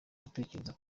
gutegereza